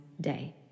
day